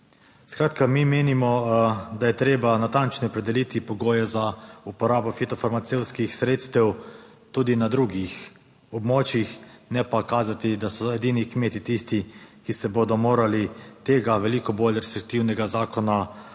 Mi menimo, da je treba natančneje opredeliti pogoje za uporabo fitofarmacevtskih sredstev tudi na drugih območjih, ne pa kazati, da so kmetje edini, ki se bodo morali tega veliko bolj restriktivnega zakona držati,